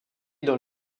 dans